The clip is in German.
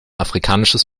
afrikanisches